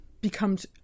becomes